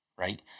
right